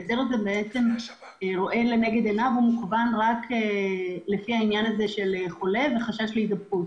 ההסדר הזה בעצם רואה לנגד עיניו רק את החולה ואת החשש להידבקות,